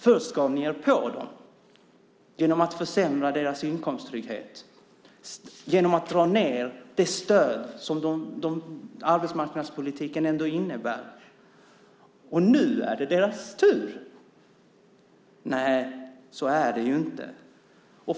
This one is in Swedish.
Först gav ni er på dem genom att försämra deras inkomsttrygghet, genom att dra ned det stöd som arbetsmarknadspolitiken ändå innebär. Och nu är det deras tur. Nej, så är det ju inte.